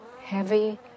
heavy